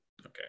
Okay